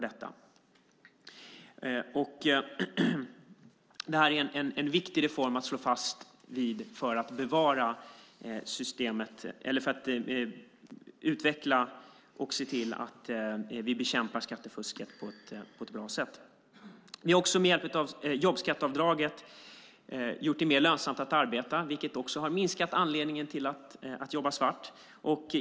Det här är en viktig reform att slå fast för att se till att vi bekämpar skattefusket på ett bra sätt. Vi har med hjälp av jobbskatteavdraget gjort det mer lönsamt att arbeta, vilket också har minskat anledningen att jobba svart.